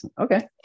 Okay